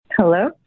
Hello